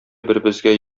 беребезгә